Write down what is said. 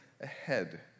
ahead